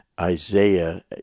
Isaiah